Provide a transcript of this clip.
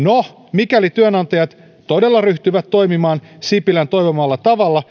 mikäli työnantajat todella ryhtyvät toimimaan sipilän toivomalla tavalla